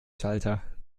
schalter